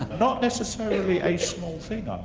not necessarily a small thing, um